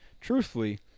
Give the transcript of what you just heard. truthfully